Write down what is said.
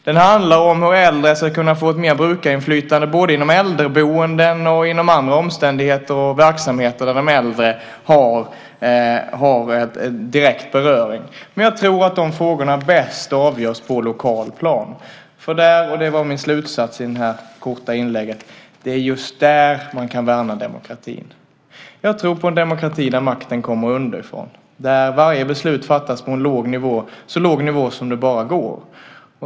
Den handlar om hur äldre ska kunna få mer brukarinflytande på äldreboenden och inom andra omständigheter och verksamheter som direkt berör dem. Jag tror att de frågorna bäst avgörs på lokalplanet. Min slutsats, som jag vill framföra i det här korta inlägget, är nämligen att det är just där som man kan värna demokratin. Jag tror på en demokrati där makten kommer underifrån och där varje beslut fattas på en så låg nivå som möjligt.